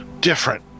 different